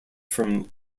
from